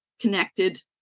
connected